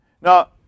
Now